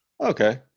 Okay